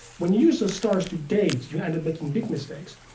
when you use the stars to date, you ended up making big mistakes.